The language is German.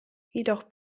jedoch